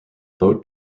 vote